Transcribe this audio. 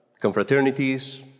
confraternities